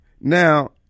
Now